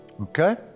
Okay